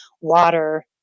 water